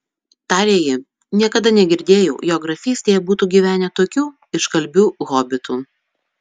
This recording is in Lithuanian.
tarė ji niekada negirdėjau jog grafystėje būtų gyvenę tokių iškalbių hobitų